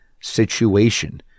situation